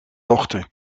dochter